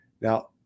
Now